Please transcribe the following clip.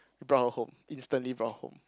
we brought her home instantly brought her home